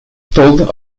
told